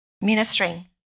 ministering